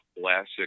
classic